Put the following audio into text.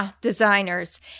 designers